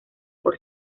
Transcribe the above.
por